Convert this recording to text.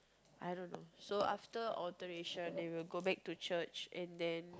I don't know so after alteration they will go back to church and then